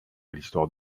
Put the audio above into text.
l’histoire